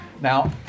Now